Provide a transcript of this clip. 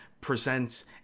presents